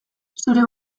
zure